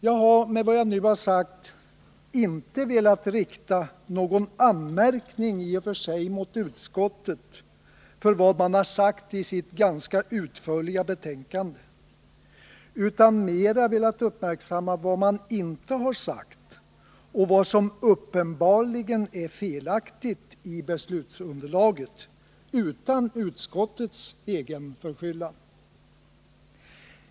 Jag har, med vad jag nu har sagt, i och för sig inte velat rikta någon anmärkning mot utskottet för vad man sagt i sitt ganska utförliga betänkande, utan mer velat uppmärksamma vad man inte sagt och vad som uppenbarligen är felaktigt i beslutsunderlaget, dock utan utskottets egen förskyllan.